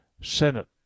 Senate